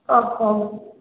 ଓ ହଉ